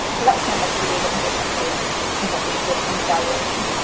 so that was kind of a creative and different way that we did some evaluation